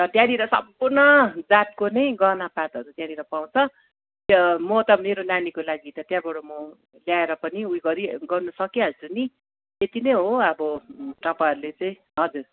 र त्यहाँनेर सम्पूर्ण जातको नै गहनापातहरू त्यहाँनेर पाउँछ म त मेरो नानीको लागि त त्यहाँबाट म ल्याएर पनि उयो गरी गर्नु सकिहाल्छु नि त्यति नै हो अब तपाईँहरूले चाहिँ हजुर